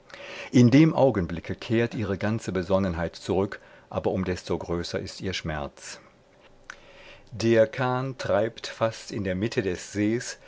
in dem augenblicke kehrt ihre ganze besonnenheit zurück aber um desto größer ist ihr schmerz der kahn treibt fast in der mitte des sees